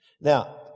Now